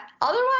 otherwise